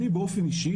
באופן אישי,